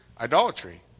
idolatry